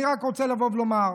אני רק רוצה לומר,